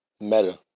Meta